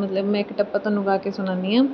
ਮਤਲਬ ਮੈਂ ਇੱਕ ਟੱਪਾ ਤੁਹਾਨੂੰ ਗਾ ਕੇ ਸੁਣਾਉਂਦੀ ਹਾਂ